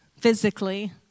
physically